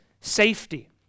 safety